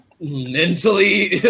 mentally